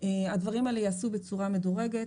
הדברים האלה ייעשו בצורה מדורגת.